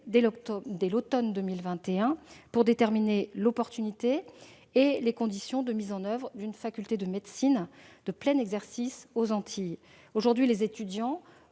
à l'automne 2021 pour juger de l'opportunité et définir les conditions de mise en oeuvre d'une faculté de médecine de plein exercice aux Antilles. Aujourd'hui, les étudiants